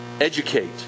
educate